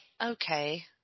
Okay